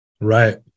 Right